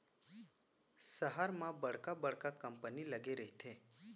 सहर म बड़का बड़का कंपनी लगे रहिथे